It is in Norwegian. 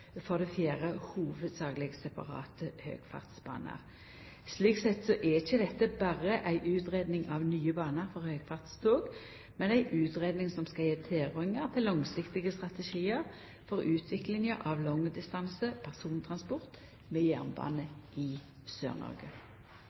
separate høgfartsbanar Slik sett er ikkje dette berre ei utgreiing av nye banar for høgfartstog, men ei utgreiing som skal gje tilrådingar til langsiktige strategiar for utviklinga av langdistanse persontransport med jernbane i